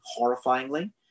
horrifyingly